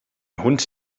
hund